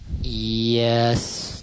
Yes